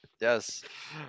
Yes